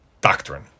doctrine